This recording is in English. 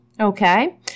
Okay